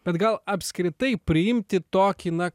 bet gal apskritai priimti tokį na